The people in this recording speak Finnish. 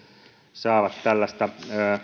saavat tällaista